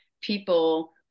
people